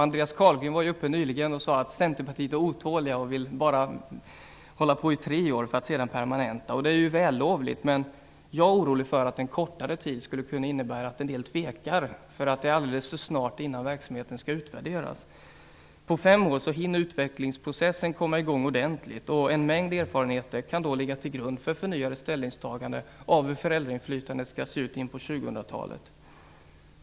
Andreas Carlgren sade alldeles nyss att centerpartisterna är otåliga, och bara vill hålla på i tre år för att sedan permanenta verksamheten. Det är ju vällovligt, men jag är orolig för att en kortare tid skulle kunna innebära att en del människor tvekar. Det blir alldeles för kort tid kvar innan verksamheten skall utvärderas. På fem år hinner utvecklingsprocessen komma i gång ordentligt. En mängd erfarenheter kan då ligga till grund för förnyade ställningstaganden om hur föräldrainflytandet skall se ut in på 2000-talet.